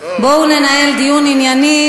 דוד, לא מתאים לך.